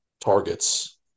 targets